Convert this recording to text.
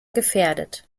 gefährdet